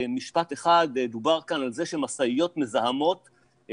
דובר כאן על זה שמשאיות מזהמות,